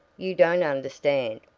you don't understand.